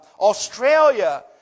Australia